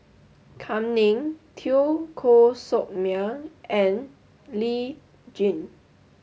Kam Ning Teo Koh Sock Miang and Lee Tjin